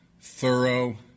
thorough